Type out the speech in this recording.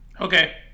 okay